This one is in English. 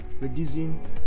Reducing